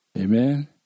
amen